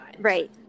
Right